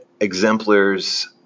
exemplars